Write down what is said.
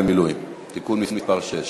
מילואים ולבני-משפחותיהם (תיקון מס' 6)?